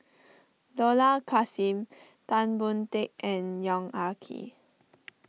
Dollah Kassim Tan Boon Teik and Yong Ah Kee